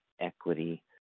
equity